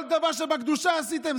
כל דבר שבקדושה עשיתם,